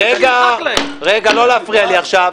רגע, לא להפריע לי עכשיו.